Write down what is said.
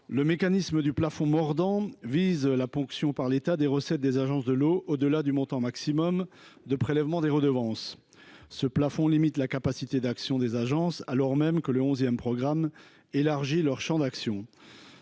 Le mécanisme du plafond mordant permet la ponction par l’État des recettes des agences de l’eau au delà du montant maximum de prélèvement des redevances. Ce plafond limite la capacité d’action des agences, alors même que le onzième programme élargit leur champ d’action.